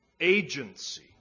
agency